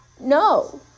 no